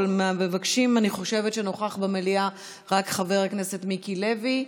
אבל מהמבקשים אני חושבת שנוכח במליאה רק חבר הכנסת מיקי לוי,